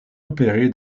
opéré